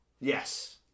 Yes